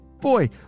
boy